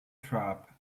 trap